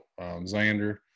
Xander